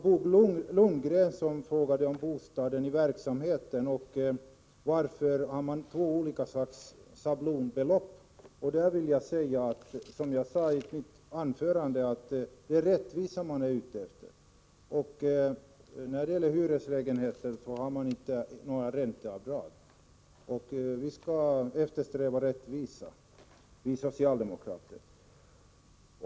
Bo Lundgren frågade om bostaden i verksamheten och varför man har två olika slags schablonbelopp. Till honom vill jag säga, som jag sa i mitt anförande, att det är rättvisa man är ute efter. När det gäller hyreslägenheter har man inte några ränteavdrag. Vi skall eftersträva rättvisa, vi socialdemokrater.